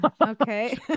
Okay